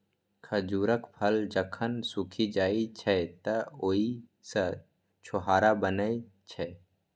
खजूरक फल जखन सूखि जाइ छै, तं ओइ सं छोहाड़ा बनै छै